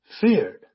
feared